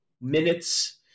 minutes